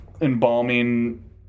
embalming